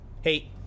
Hey